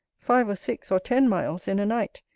five or six or ten miles in a night,